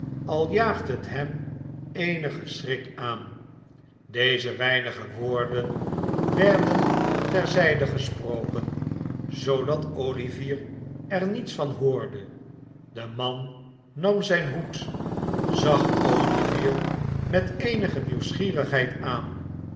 al jaagt het hem eenige schrik aan deze weinige woorden werden ter zij'de gesproken zoodat olivier er niets van hoorde de man nam zijn hoed zag olivier met eenige nieuwsgierigheid aan